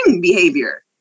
behavior